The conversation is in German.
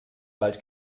bald